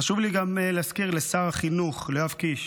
חשוב לי גם להזכיר לשר החינוך, ליואב קיש: